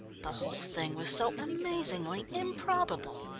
the whole thing was so amazingly improbable.